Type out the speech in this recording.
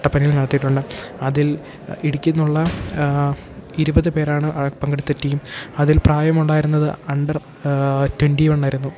കട്ടപ്പനയിൽ നടത്തീട്ടുണ്ട് അതിൽ ഇടുക്കീന്നുള്ള ഇരുപത് പേരാണ് ആ പങ്കെടുത്ത ടീം അതിൽ പ്രായമുണ്ടായിരുന്നത് അണ്ടർ ട്വൻറ്റി വണ്ണായിരുന്നു